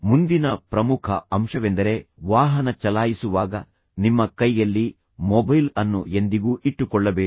ಮುಂದಿನ ಪ್ರಮುಖ ಅಂಶವೆಂದರೆ ವಾಹನ ಚಲಾಯಿಸುವಾಗ ನಿಮ್ಮ ಕೈಯಲ್ಲಿ ಮೊಬೈಲ್ ಅನ್ನು ಎಂದಿಗೂ ಇಟ್ಟುಕೊಳ್ಳಬೇಡಿ